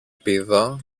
πήδο